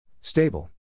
Stable